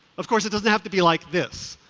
of course it doesn't have to be like this,